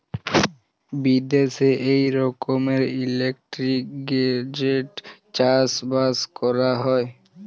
বিদ্যাশে ই রকমের ইলটিগ্রেটেড চাষ বাস ক্যরা হ্যয়